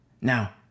Now